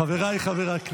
חבריי חברי הכנסת,